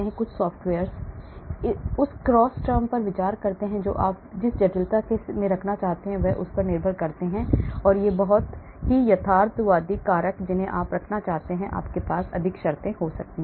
कुछ सॉफ्टवेयर उस cross term पर विचार करते हैं जो आप जिस जटिलता में रखना चाहते हैं उस पर निर्भर करते हुए यथार्थवादी कारक जिन्हें आप रखना चाहते हैं आपके पास अधिक शर्तें हो सकती हैं